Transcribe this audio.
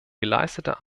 geleistete